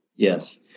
Yes